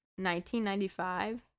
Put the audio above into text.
1995